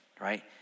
right